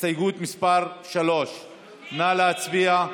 הסתייגות מס' 3. נא להצביע.